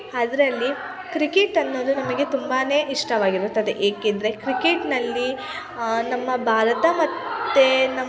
ಅದ್ರಲ್ಲಿ ಕ್ರಿಕೆಟ್ ಅನ್ನೋದು ನಮಗೆ ತುಂಬಾ ಇಷ್ಟವಾಗಿರುತ್ತದೆ ಏಕೆಂದರೆ ಕ್ರಿಕೆಟ್ಟಿನಲ್ಲಿ ನಮ್ಮ ಭಾರತ ಮತ್ತು ನಮ್ಮ